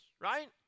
right